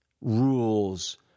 rules